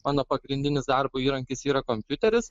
mano pagrindinis darbo įrankis yra kompiuteris